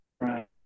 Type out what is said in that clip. right